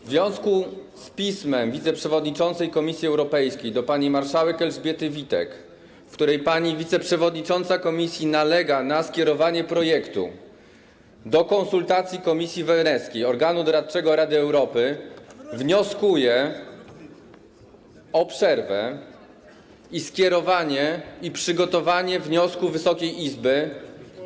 W związku z pismem wiceprzewodniczącej Komisji Europejskiej do pani marszałek Elżbiety Witek, w którym pani wiceprzewodnicząca Komisji nalega na skierowanie projektu do konsultacji do Komisji Weneckiej, organu doradczego Rady Europy, wnioskuję o przerwę i przygotowanie i skierowanie wniosku Wysokiej Izby do Komisji.